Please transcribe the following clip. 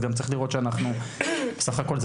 בסך הכל,